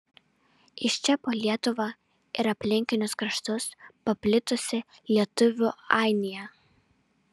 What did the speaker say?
iš čia po lietuvą ir aplinkinius kraštus paplitusi lietuvių ainija